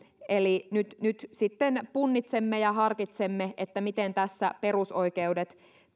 eli nyt nyt sitten punnitsemme ja harkitsemme miten tässä perusoikeudet